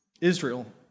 Israel